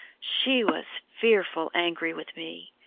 she was fearful angry with me.